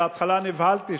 בהתחלה נבהלתי,